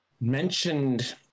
mentioned